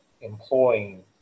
employing